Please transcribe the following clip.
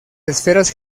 esferas